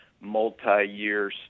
multi-year